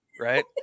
right